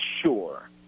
sure